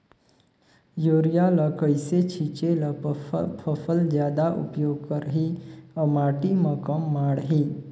Urea ल कइसे छीचे ल फसल जादा उपयोग करही अउ माटी म कम माढ़ही?